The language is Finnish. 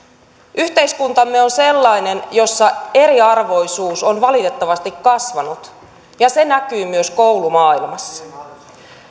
yhteiskuntamme on sellainen jossa eriarvoisuus on valitettavasti kasvanut ja se näkyy myös koulumaailmassa